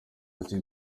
ati